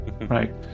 Right